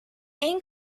این